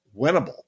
winnable